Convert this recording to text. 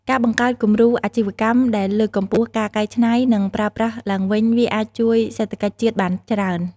ការបង្កើតគំរូអាជីវកម្មដែលលើកកម្ពស់ការកែច្នៃ និងប្រើប្រាស់ឡើងវិញ វាអាចជួយសេដ្ឋកិច្ចជាតិបានច្រើន។